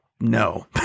no